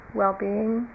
well-being